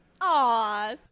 Aw